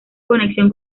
conexión